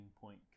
point